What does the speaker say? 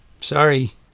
Sorry